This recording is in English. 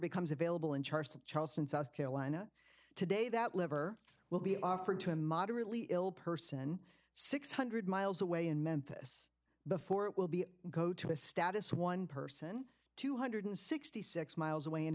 becomes available in charge of charleston south carolina today that liver will be offered to a moderately ill person six hundred miles away in memphis before it will be go to a status one person two hundred and sixty six miles away in